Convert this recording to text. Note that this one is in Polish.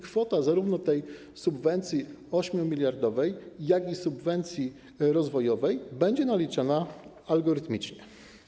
Kwota zarówno subwencji 8-miliardowej, jak i subwencji rozwojowej będzie naliczana algorytmicznie.